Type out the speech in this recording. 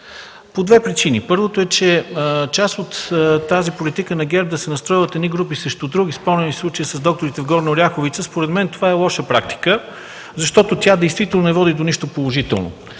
по две причини. Първо, че част от тази политика на ГЕРБ – да се настройват едни групи срещу други (спомняме си случая с докторите в Горна Оряховица), според мен, това е лоша практика, защото тя действително не води до нищо положително.